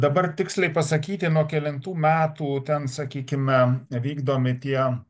dabar tiksliai pasakyti nuo kelintų metų ten sakykime vykdomi tie